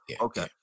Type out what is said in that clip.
Okay